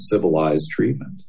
civilized treatment